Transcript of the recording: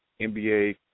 NBA –